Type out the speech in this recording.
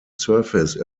surface